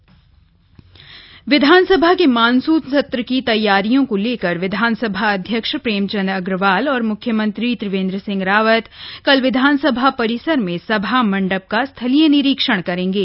विधानसभा monsoon सत्र विधानसभा के मानसून सत्र की तैयारियों को लेकर विधानसभा अध्यक्ष प्रेमचंद अग्रवाल और म्ख्यमंत्री त्रिवेंद्र सिंह रावत कल विधानसभा परिसर में सभा मंडप का स्थलीय निरीक्षण करेंगे